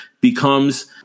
becomes